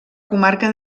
comarca